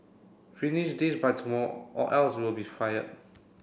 finish this by tomorrow or else you'll be fired